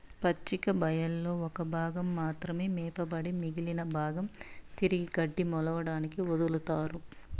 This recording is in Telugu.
పచ్చిక బయళ్లలో ఒక భాగం మాత్రమే మేపబడి మిగిలిన భాగం తిరిగి గడ్డి మొలవడానికి వదులుతారు